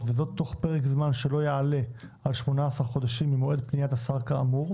וזאת תוך פרק זמן שלא יעלה על 18 חודשים ממועד פניית השר כאמור,